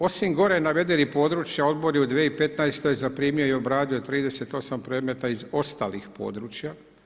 Osim gore navedenih područja odbor je u 2015. zaprimio i obradio 38 predmeta iz ostalih područja.